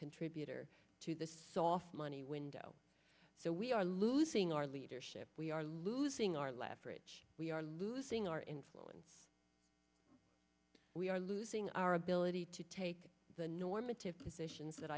contributor to the soft money window so we are losing our leadership we are losing our leverage we are losing our influence we are losing our ability to take the normative positions that